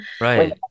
right